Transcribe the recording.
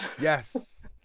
Yes